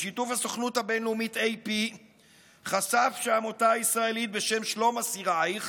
בשיתוף הסוכנות הבין-לאומית AP חשף שעמותה ישראלית בשם שלום אסירייך